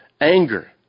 Anger